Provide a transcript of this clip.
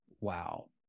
wow